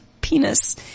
penis